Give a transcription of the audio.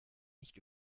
nicht